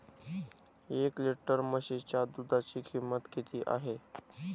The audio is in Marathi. एक लिटर म्हशीच्या दुधाची किंमत किती आहे?